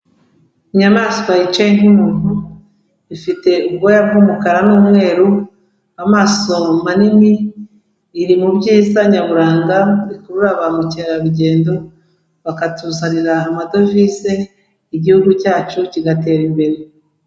Inyamaswa yicaye nk'umuntu ifite ubwoya bw'umukara n'umweru amaso manini, iri mu byiza nyaburanga bikurura ba mukerarugendo bakatuzanira amadovize igihugu cyacu kigatera imbere.